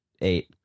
eight